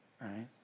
Right